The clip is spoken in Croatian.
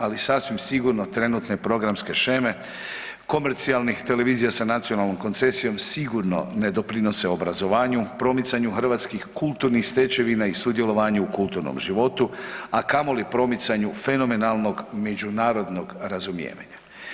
Ali sasvim sigurno trenutne programske sheme komercijalnih televizija sa nacionalnom koncesijom sigurno ne doprinose obrazovanju, promicanju hrvatskih kulturnih stečevina i sudjelovanju u kulturnom životu, a kamoli promicanju fenomenalnog međunarodnog razumijevanja.